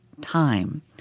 time